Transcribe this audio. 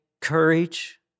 courage